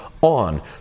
on